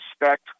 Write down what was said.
respect